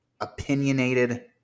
opinionated